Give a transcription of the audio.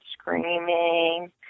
screaming